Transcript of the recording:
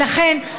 לכן,